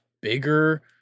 bigger